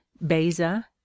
beza